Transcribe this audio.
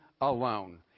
alone